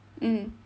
mm